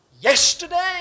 yesterday